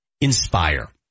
Inspire